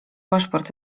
paszport